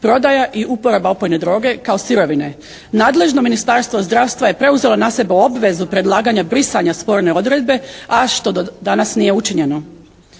prodaja i uporaba opojne droge kao sirovine. Nadležno Ministarstvo zdravstva je preuzelo na sebe obvezu predlaganja brisanja sporne odredbe, a što do danas nije učinjeno.